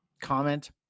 comment